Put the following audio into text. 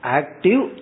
active